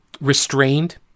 restrained